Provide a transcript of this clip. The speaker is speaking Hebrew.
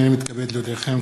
הנני מתכבד להודיעכם,